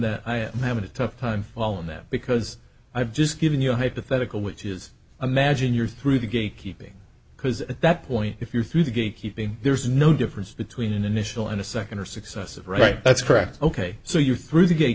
that i have a tough time well in that because i've just given you a hypothetical which is imagine you're through the gate keeping because at that point if you're through the gate keeping there's no difference between an initial and a second or successive right that's correct ok so you threw the ga